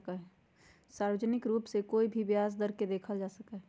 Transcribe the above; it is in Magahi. सार्वजनिक रूप से कोई भी बैंक के ब्याज दर के देखल जा सका हई